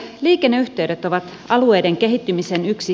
liikenneyhteydet ovat alueiden kehittymisen yksi